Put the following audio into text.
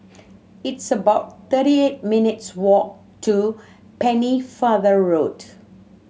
it's about thirty eight minutes' walk to Pennefather Road